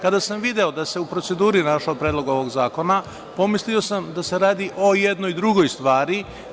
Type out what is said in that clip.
Kada sam video da se u proceduri naša predlog ovog zakona, pomislio sam da se radi o jednoj drugoj stvari.